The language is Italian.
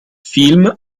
film